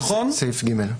סעיף קטן (ג).